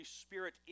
Spirit